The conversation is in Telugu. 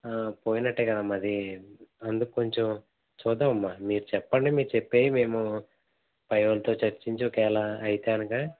పోయినట్టే కదమ్మా అది అందుకు కొంచం చూద్దాము అమ్మా మీరు చెప్పండి మీరు చెప్పేవి మేము పై వాళ్ళతో చర్చించి ఒకేళ అయితే అనగా